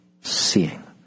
seeing